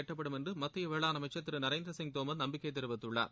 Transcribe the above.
எட்டப்படும் என்று மத்திய வேளாண் அமைச்சர் திரு நரேந்திர சிங் தோமர் நம்பிக்கைத் தெரிவித்துள்ளார்